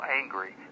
angry